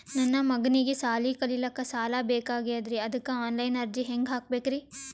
ನನ್ನ ಮಗನಿಗಿ ಸಾಲಿ ಕಲಿಲಕ್ಕ ಸಾಲ ಬೇಕಾಗ್ಯದ್ರಿ ಅದಕ್ಕ ಆನ್ ಲೈನ್ ಅರ್ಜಿ ಹೆಂಗ ಹಾಕಬೇಕ್ರಿ?